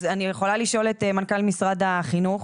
אני יכולה לשאול את מנכ"ל משרד החינוך.